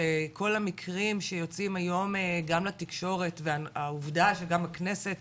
שכל המקרים שיוצאים היום גם לתקשורת והעובדה שגם הכנסת